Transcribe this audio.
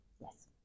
Yes